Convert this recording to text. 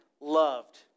loved